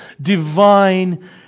divine